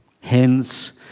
Hence